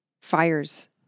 fires